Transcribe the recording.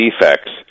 defects